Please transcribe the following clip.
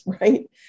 right